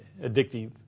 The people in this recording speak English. addictive